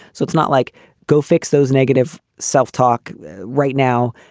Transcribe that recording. so it's not like go fix those negative self-talk right now.